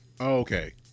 Okay